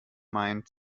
meint